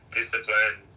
discipline